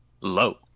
Low